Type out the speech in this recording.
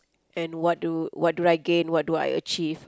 and what do what do I gain what do I achieve